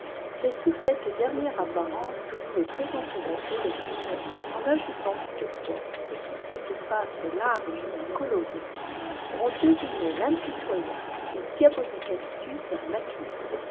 c'est sous cette dernière apparence que nous le présenterons au lecteur en ajoutant toutefois que sous cette face large et colorée on devinait l'impitoyable et diabolique astuce d'un